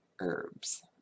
herbs